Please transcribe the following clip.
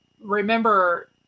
Remember